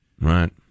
right